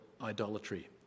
idolatry